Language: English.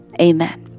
amen